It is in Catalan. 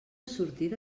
sortida